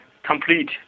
complete